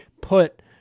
put